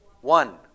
One